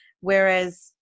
Whereas